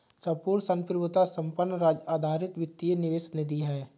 संपूर्ण संप्रभुता संपन्न राज्य आधारित वित्तीय निवेश निधि है